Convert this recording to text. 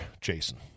Jason